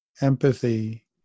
empathy